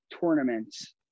tournaments